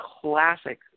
classic